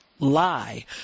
lie